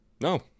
no